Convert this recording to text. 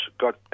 got